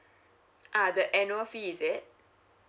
uh the annual fee is it